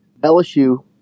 LSU –